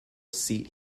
seat